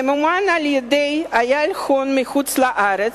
ממומן על-ידי איל הון מחוץ-לארץ,